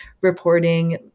reporting